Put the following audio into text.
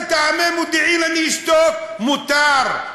מטעמי מודיעין אני אשתוק מותר.